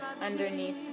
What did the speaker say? underneath